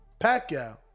Pacquiao